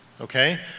okay